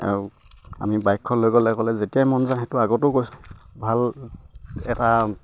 আৰু আমি বাইকখন লৈ গ'লে গ'লে যেতিয়াই মন যাওঁ সেইটো আগতেও কৈছোঁ ভাল এটা